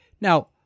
now